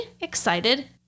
excited